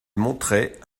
montrait